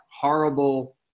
horrible –